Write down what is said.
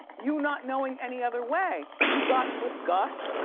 you not knowing any other way. you got with gus.